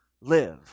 live